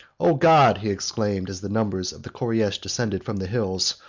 o god, he exclaimed, as the numbers of the koreish descended from the hills,